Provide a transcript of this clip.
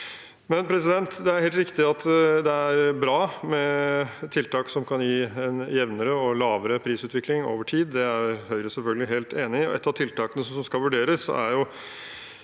grep. Det er helt riktig at det er bra med tiltak som kan gi en jevnere og lavere prisutvikling over tid. Det er Høyre selvfølgelig helt enig i. Noe av det som skal vurderes, er